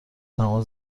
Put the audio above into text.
تمام